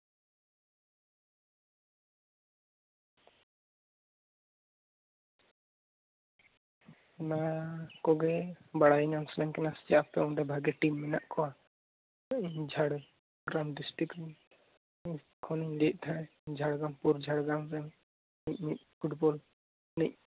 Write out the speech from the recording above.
ᱚᱱᱟ ᱠᱚᱜᱮ ᱵᱟᱲᱟᱭ ᱧᱟᱢ ᱥᱟᱱᱟᱧ ᱠᱟᱱᱟ ᱥᱮ ᱪᱮᱫ ᱟᱯᱮ ᱚᱸᱰᱮ ᱵᱷᱟᱜᱮ ᱴᱤᱢ ᱢᱮᱱᱟᱜ ᱠᱚᱣᱟ ᱟᱫᱚ ᱤᱧ ᱡᱷᱟᱲᱜᱨᱟᱢ ᱰᱤᱥᱴᱤᱠ ᱨᱤᱧ ᱠᱷᱚᱱᱤᱧ ᱞᱟᱹᱭᱮᱫ ᱛᱟᱦᱮᱸᱫ ᱡᱷᱟᱲᱜᱨᱟᱢ ᱯᱚᱨ ᱡᱷᱟᱲᱜᱨᱟᱢ ᱨᱮᱱ ᱤᱧ ᱢᱤᱫ ᱯᱷᱩᱴᱵᱚᱞ ᱨᱤᱱᱤᱡ